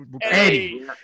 Eddie